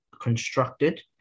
constructed